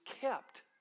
kept